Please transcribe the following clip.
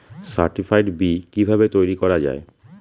Certified B কিভাবে তৈরি করা যায়?